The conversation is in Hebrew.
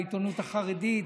בעיתונות החרדית,